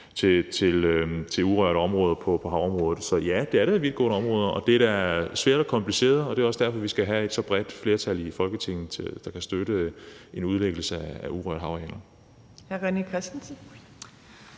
til urørte områder på havområdet. Så ja, det er da et vidtgående forslag. Det er da svært og kompliceret, og det er også derfor, vi skal have et bredt flertal i Folketinget, der kan støtte en udlæggelse af urørte havarealer.